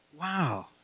Wow